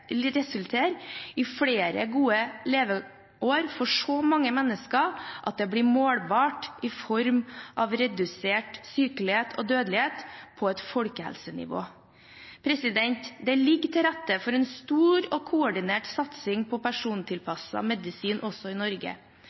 i flere gode leveår for så mange mennesker at det blir målbart i form av redusert sykelighet og dødelighet på folkehelsenivå. Det ligger til rette for en stor og koordinert satsing på persontilpasset medisin også i Norge.